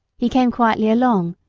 he came quietly along,